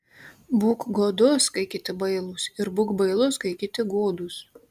būk godus kai kiti bailūs ir būk bailus kai kiti godūs